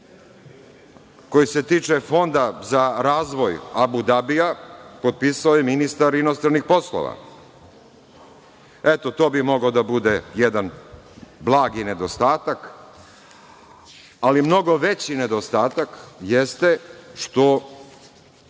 koji se tiče Fonda za razvoj Abu Dabija potpisao je ministar inostranih poslova. Eto, to bi mogao da bude jedan blagi nedostatak. Ali, mnogo veći nedostatak jeste što